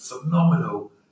phenomenal